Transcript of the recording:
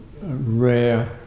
rare